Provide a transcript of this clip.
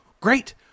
great